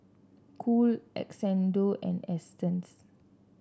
Cool Xndo and Astons